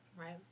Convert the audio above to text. Right